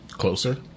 Closer